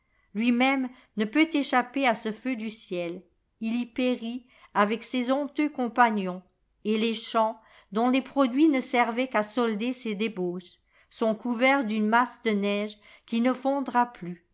lui-même ne peut échapper à ce feu du ciel il y périt avec ses honteux compagnons et les champs dont les produits ne servaient qu'à solder ses débauches sont couverts d'une masse de neige qui ne fondra plus